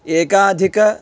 एकाधिक